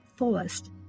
fullest